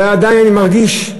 הרי עדיין אני מרגיש,